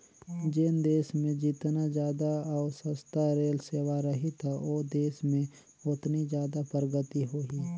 जेन देस मे जेतना जादा अउ सस्ता रेल सेवा रही त ओ देस में ओतनी जादा परगति होही